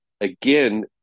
again